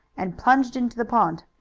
and plunged into the pond.